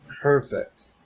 perfect